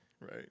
Right